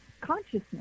consciousness